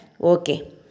Okay